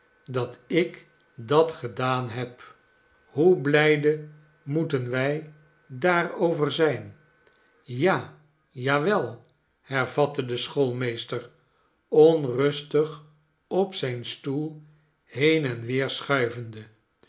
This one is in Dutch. dat ik dat gedaan hebl hoe blijde moeten wy daarover zyn ja ja wel hervatte de schoolmeester onrustig op zyn stoel heen en weer schuivende